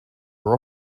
were